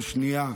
כל שנייה,